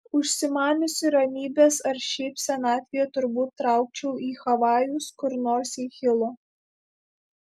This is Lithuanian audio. užsimaniusi ramybės ar šiaip senatvėje turbūt traukčiau į havajus kur nors į hilo